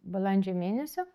balandžio mėnesio